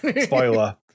Spoiler